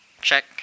check